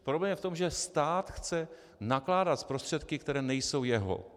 Problém je v tom, že stát chce nakládat s prostředky, které nejsou jeho.